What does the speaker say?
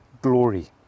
glory